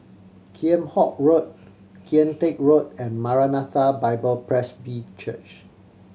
Kheam Hock Road Kian Teck Road and Maranatha Bible Presby Church